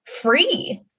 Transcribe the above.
free